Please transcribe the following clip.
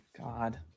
God